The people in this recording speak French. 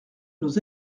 nos